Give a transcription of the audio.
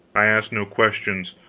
i asked no questions